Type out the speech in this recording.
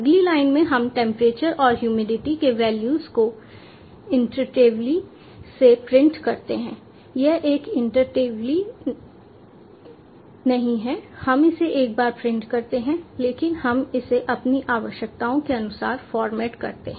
अगली लाइन में हम टेंपरेचर और ह्यूमिडिटी के वैल्यूज़ को इटरेटिवली से प्रिंट करते हैं यह एक इटरेटिवली नहीं है हम इसे एक बार प्रिंट करते हैं लेकिन हम इसे अपनी आवश्यकताओं के अनुसार फॉर्मेट करते हैं